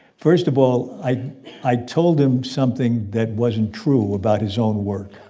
first of all, i i told him something that wasn't true about his own work